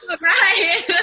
Right